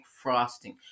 frosting